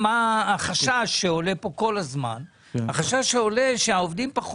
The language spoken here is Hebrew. החשש שעולה פה כל הזמן הוא שהעובדים לא